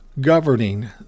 governing